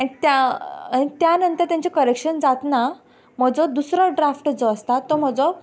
त्या त्या नंतर तांचें करेक्शन जातना म्हजो दुसरो ड्राफ्ट जो आसता तो म्हजो